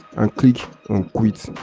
and click quit.